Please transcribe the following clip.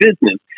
business